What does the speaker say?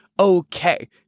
Okay